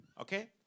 Okay